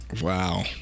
wow